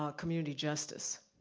ah community justice.